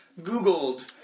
googled